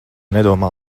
nedomā